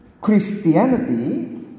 Christianity